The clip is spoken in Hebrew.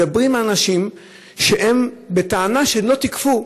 מדברים על אנשים בטענה שהם לא תיקפו.